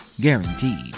guaranteed